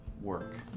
work